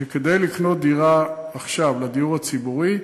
שכדי לקנות דירה עכשיו לדיור הציבורי,